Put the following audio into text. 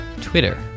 Twitter